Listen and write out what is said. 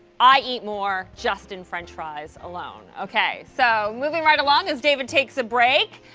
i eat more just in french fries alone. okay, so moving right along as david takes break.